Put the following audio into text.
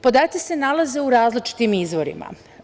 Podaci se nalaze u različitim izvorima.